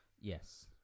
Yes